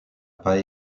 pas